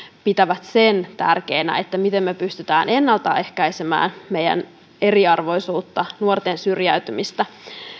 pitävät tärkeänä sitä miten me pystymme ennaltaehkäisemään meidän eriarvoisuutta ja nuorten syrjäytymistä